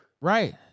Right